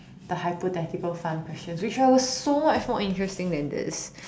the hypothetical fun questions which was so much more interesting than this